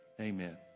Amen